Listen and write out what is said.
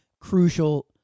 crucial